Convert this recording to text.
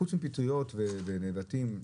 חוץ מפטריות ונבטים,